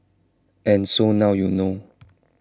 and so now you know